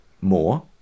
more